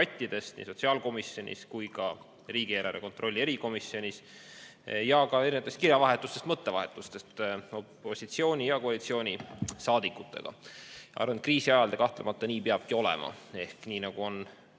debattidest nii sotsiaalkomisjonis kui ka riigieelarve kontrolli erikomisjonis ja ka kirjavahetusest ja mõttevahetusest opositsiooni‑ ja koalitsioonisaadikutega. Arvan, et kriisi ajal see kahtlemata nii peabki olema. Ehk nii nagu on